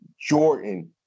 Jordan